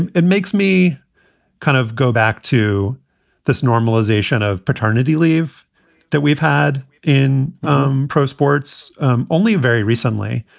and it makes me kind of go back to this normalization of paternity leave that we've had in um pro sports only very recently.